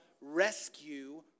rescue